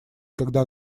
когда